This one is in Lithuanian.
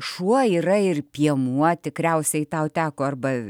šuo yra ir piemuo tikriausiai tau teko arba